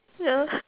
yeah